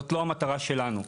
זאת לא המטרה שלנו.